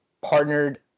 partnered